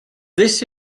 this